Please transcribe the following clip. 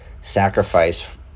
sacrifice